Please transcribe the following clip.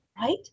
right